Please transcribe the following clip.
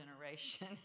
generation